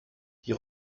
die